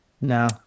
no